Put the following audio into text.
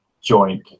joint